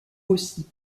aussi